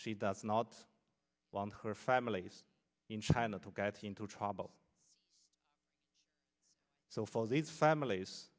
she does not want her family's in china to get into trouble so for these families